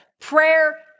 prayer